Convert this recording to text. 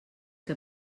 que